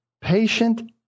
Patient